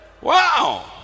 Wow